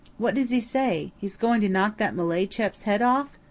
what does he say he's going to knock that malay chap's head off?